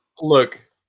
look